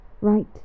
right